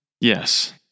Yes